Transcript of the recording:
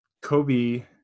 Kobe